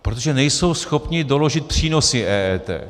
Protože nejsou schopny doložit přínosy EET.